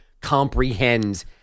comprehend